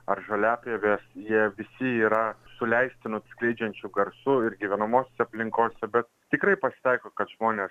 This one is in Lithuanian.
ar žoliapjovės jie visi yra su leistinu tskleidžiančiu garsu ir gyvenamosiose aplinkose bet tikrai pasitaiko kad žmonės